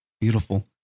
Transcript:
Beautiful